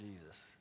Jesus